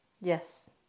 Yes